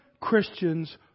Christians